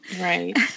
Right